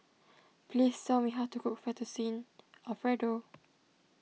please tell me how to cook Fettuccine Alfredo